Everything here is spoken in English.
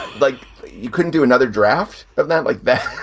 like you couldn't do another draft of that like that?